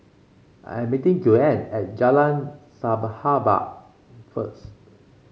I'm meeting Joanne at Jalan Sahabat first